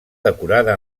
decorada